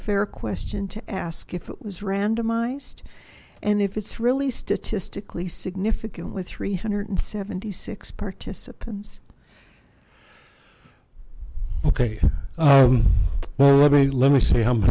fair question to ask if it was randomized and if it's really statistically significant with three hundred and seventy six participants ok well let me let me say